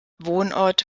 wohnort